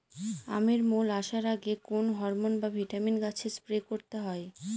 আমের মোল আসার আগে কোন হরমন বা ভিটামিন গাছে স্প্রে করতে হয়?